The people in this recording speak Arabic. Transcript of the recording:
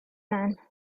عنه